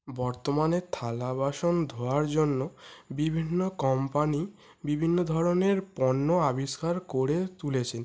বর্তমানে থালাবাসন ধোওয়ার জন্য বিভিন্ন কোম্পানি বিভিন্ন ধরনের পণ্য আবিষ্কার করে তুলেছে